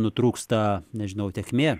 nutrūksta nežinau tėkmė